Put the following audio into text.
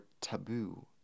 taboo